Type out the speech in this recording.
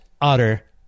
utter